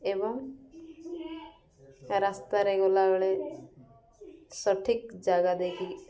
ଏବଂ ରାସ୍ତାରେ ଗଲାବେଳେ ସଠିକ ଜାଗା ଦେଇକି